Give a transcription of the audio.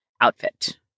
outfit